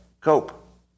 Cope